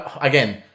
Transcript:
again